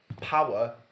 Power